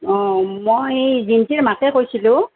অঁ মই জীণ্টিৰ মাকে কৈছিলোঁ